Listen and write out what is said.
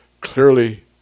clearly